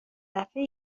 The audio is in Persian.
دفعه